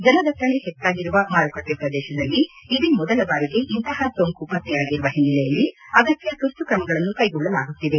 ಜನದಟ್ಟಣೆ ಹೆಚ್ಚಾಗಿರುವ ಮಾರುಕಟ್ಟೆ ಪ್ರದೇಶದಲ್ಲಿ ಇದೇ ಮೊದಲ ಬಾರಿಗೆ ಇಂತಹ ಸೋಂಕು ಪತ್ತೆಯಾಗಿರುವ ಹಿನ್ನೆಲೆಯಲ್ಲಿ ಅಗತ್ಯ ತುರ್ತುಕ್ರಮಗಳನ್ನು ಕೈಗೊಳ್ಳಲಾಗುತ್ತಿದೆ